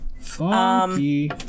Funky